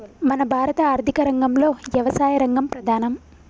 మన భారత ఆర్థిక రంగంలో యవసాయ రంగం ప్రధానం